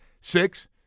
six